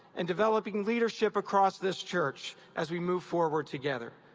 and developing leadership across this church, as we move forward together.